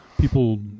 people